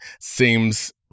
seems